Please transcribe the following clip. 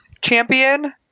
champion